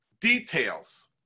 details